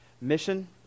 mission